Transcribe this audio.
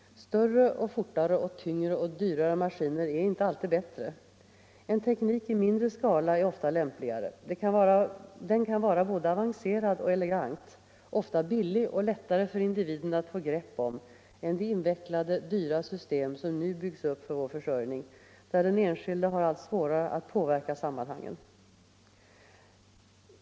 Större, snabbare, tyngre och dyrare maskiner är inte alltid bättre. En teknik i mindre skala är ofta lämpligare. Den kan vara både avancerad och elegant, ofta billig och lättare för individen att få grepp om än de invecklade, dyra system som nu byggs upp för vår försörjning, där den enskilde har allt svårare att påverka sammanhangen.